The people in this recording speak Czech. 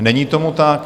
Není tomu tak.